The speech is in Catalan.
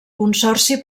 consorci